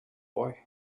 boy